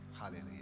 Hallelujah